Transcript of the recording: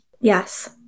Yes